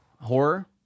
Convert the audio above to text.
horror